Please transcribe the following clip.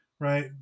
right